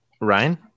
Ryan